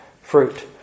fruit